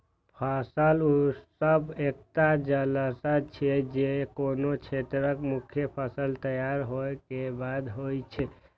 फसल उत्सव एकटा जलसा छियै, जे कोनो क्षेत्रक मुख्य फसल तैयार होय के बाद होइ छै